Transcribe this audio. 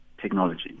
technology